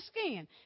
skin